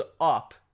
up